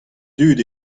dud